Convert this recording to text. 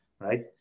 right